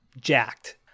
jacked